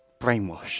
brainwash